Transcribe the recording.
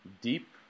deep